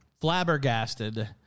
flabbergasted